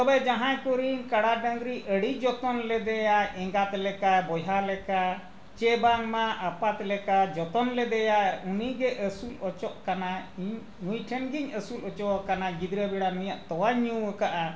ᱛᱚᱵᱮ ᱡᱟᱦᱟᱸᱭ ᱠᱚᱨᱮᱱ ᱠᱟᱰᱟ ᱰᱟᱝᱨᱤ ᱟᱹᱰᱤ ᱡᱚᱛᱚᱱ ᱞᱮᱫᱮᱭᱟᱭ ᱮᱸᱜᱟᱛ ᱞᱮᱠᱟ ᱵᱚᱭᱦᱟ ᱞᱮᱠᱟ ᱥᱮ ᱵᱟᱝᱢᱟ ᱟᱯᱟᱛ ᱞᱮᱠᱟ ᱡᱚᱛᱚᱱ ᱞᱮᱫᱮᱭᱟᱭ ᱩᱱᱤᱜᱮ ᱟᱹᱥᱩᱞ ᱦᱚᱪᱚᱜ ᱠᱟᱱᱟᱭ ᱱᱩᱭ ᱴᱷᱮᱱ ᱜᱤᱧ ᱟᱹᱥᱩᱞ ᱦᱚᱪᱚᱣ ᱟᱠᱟᱱᱟ ᱜᱤᱫᱽᱨᱟᱹ ᱵᱮᱲᱟ ᱱᱩᱭᱟᱜ ᱛᱚᱣᱟᱧ ᱧᱩᱣᱠᱟᱜᱼᱟ